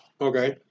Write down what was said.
Okay